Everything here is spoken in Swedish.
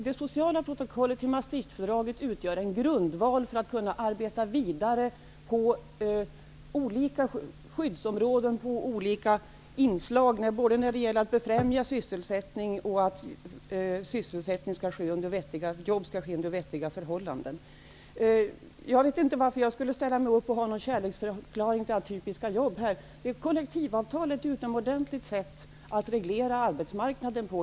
Det sociala protokollet till Maastrichtfördraget utgör en grundval för att arbeta vidare på olika skyddsområden med olika inslag, både när det gäller att befrämja sysselsättning och att jobb skall utföras under vettiga förhållanden. Jag vet inte varför jag skulle hålla någon kärleksförklaring till atypiska jobb här. Kollektivavtal är ett utomordentligt sätt att reglera arbetsmarknaden.